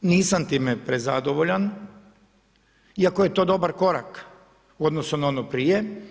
Nisam time prezadovoljan, iako je to dobar korak u odnosu na ono prije.